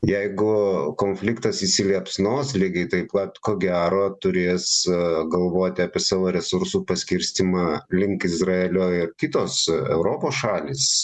jeigu konfliktas įsiliepsnos lygiai taip pat ko gero turės galvoti apie savo resursų paskirstymą link izraelio ir kitos europos šalys